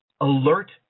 alert